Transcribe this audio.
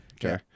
Okay